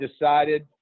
decided